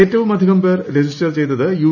ഏറ്റവുമധികം പേർ രജിസ്റ്റർ ചെയ്ത്രത് ് യു